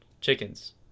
chickens